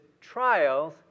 trials